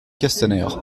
castaner